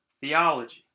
theology